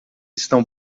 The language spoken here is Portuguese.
estão